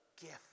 gift